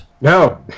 No